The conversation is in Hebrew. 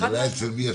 אחת מהשתיים.